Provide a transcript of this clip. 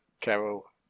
Carol